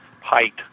height